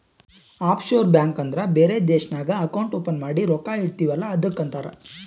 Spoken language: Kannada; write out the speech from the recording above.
ಆಫ್ ಶೋರ್ ಬ್ಯಾಂಕ್ ಅಂದುರ್ ಬೇರೆ ದೇಶ್ನಾಗ್ ಅಕೌಂಟ್ ಓಪನ್ ಮಾಡಿ ರೊಕ್ಕಾ ಇಡ್ತಿವ್ ಅಲ್ಲ ಅದ್ದುಕ್ ಅಂತಾರ್